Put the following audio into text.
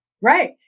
Right